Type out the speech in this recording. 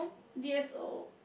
D_S_O